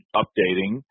updating